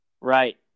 Right